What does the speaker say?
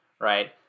right